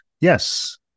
yes